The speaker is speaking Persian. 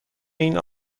این